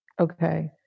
Okay